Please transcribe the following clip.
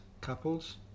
couples